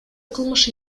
кылмыш